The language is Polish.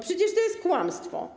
Przecież to jest kłamstwo.